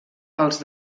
els